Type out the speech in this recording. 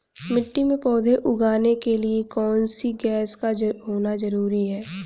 मिट्टी में पौधे उगाने के लिए कौन सी गैस का होना जरूरी है?